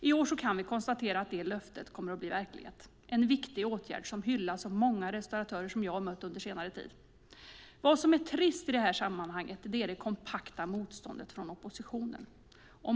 I år kan vi konstatera att det löftet kommer att bli verklighet - en viktig åtgärd som hyllas av många restauratörer som jag mött under senare tid. Vad som är trist i detta sammanhang är det kompakta motståndet från oppositionen.